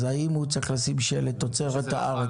אז האם הוא צריך לשים שלט שזה תוצרת הארץ?